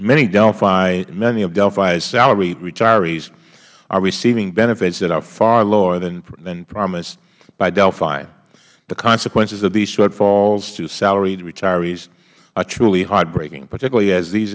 many delphi many of delphi's salaried retirees are receiving benefits that are far lower than promised by delphi the consequences of these shortfalls to salaried retirees are truly heartbreaking particularly as these